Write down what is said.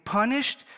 punished